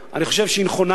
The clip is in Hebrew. אני חושב שהיא נכונה,